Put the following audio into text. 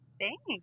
thanks